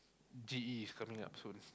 G_E is coming up soon